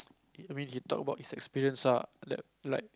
I mean he talk about his experience lah li~ like